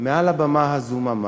מעל הבמה הזאת ממש?